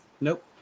Nope